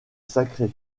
sacré